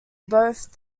both